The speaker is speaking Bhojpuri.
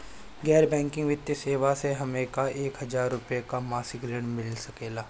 गैर बैंकिंग वित्तीय सेवाएं से हमके एक हज़ार रुपया क मासिक ऋण मिल सकेला?